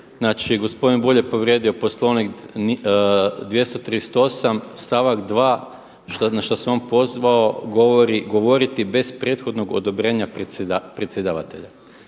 gospodin Bulj je povrijedio Poslovnik 238. stavak 2. na što se on pozvao govori: „Govoriti bez prethodnog odobrenja predsjedavatelja.“